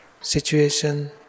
situation